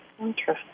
Interesting